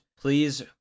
Please